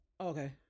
Okay